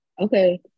Okay